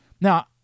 Now